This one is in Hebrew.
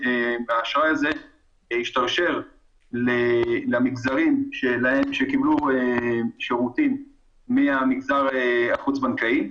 האשראי הזה השתרשר למגזרים שקיבלו שירותים מהמגזר החוץ בנקאי.